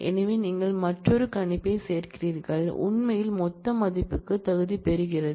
எனவே நீங்கள் மற்றொரு கணிப்பைச் சேர்க்கிறீர்கள் உண்மையில் மொத்த மதிப்புக்கு தகுதி பெறுகிறது